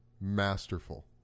Masterful